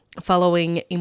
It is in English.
following